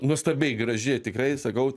nuostabiai graži tikrai sakau